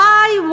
וואי,